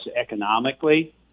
economically